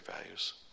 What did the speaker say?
values